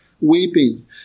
weeping